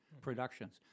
productions